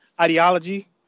ideology